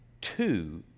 two